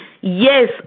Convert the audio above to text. yes